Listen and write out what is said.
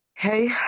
Hey